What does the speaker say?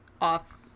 off